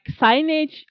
signage